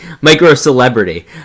micro-celebrity